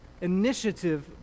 initiative